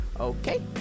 Okay